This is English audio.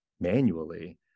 manually